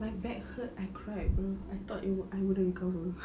my back hurts I cried bro I thought it would I wouldn't recover